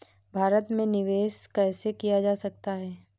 भारत में निवेश कैसे किया जा सकता है?